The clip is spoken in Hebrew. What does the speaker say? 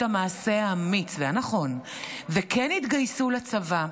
המעשה האמיץ והנכון וכן התגייסו לצבא.